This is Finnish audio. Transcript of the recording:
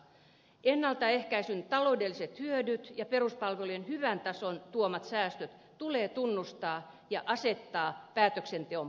ennaltaehkäisyn taloudelliset hyödyt ja peruspalvelujen hyvän tason tuomat säästöt tulee tunnustaa ja asettaa päätöksenteon pohjaksi